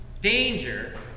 danger